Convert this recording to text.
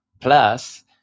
Plus